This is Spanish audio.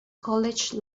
college